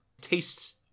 tastes